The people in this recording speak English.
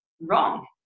wrong